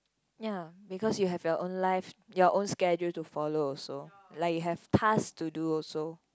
ya because you have your own life your own schedule to follow also like you have task to do also